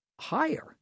higher